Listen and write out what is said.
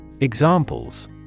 Examples